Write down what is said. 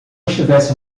estivesse